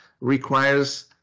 requires